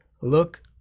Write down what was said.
Look